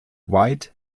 white